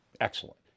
Excellent